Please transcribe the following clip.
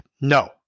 No